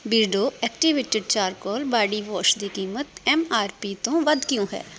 Beardo activated charcoal body wash ਦੀ ਕੀਮਤ M R P ਤੋਂ ਵੱਧ ਕਿਉਂ ਹੈ